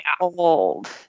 old